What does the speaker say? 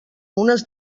unes